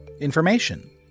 information